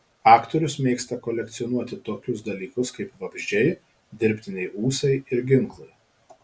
aktorius mėgsta kolekcionuoti tokius dalykus kaip vabzdžiai dirbtiniai ūsai ir ginklai